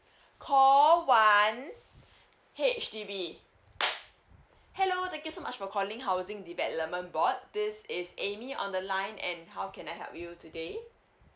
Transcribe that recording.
call one H_D_B hello thank you so much for calling housing development board this is amy on the line and how can I help you today